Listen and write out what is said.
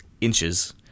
inches